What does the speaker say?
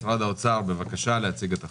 משרד האוצר, בבקשה, להציג את החוק.